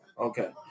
Okay